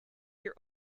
year